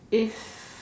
if